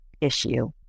issue